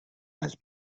has